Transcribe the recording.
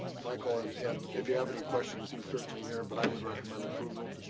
michael. and and if you have any questions, he's certainly here, but i would recommend approval.